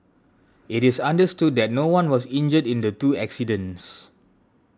it is understood that no one was injured in the two accidents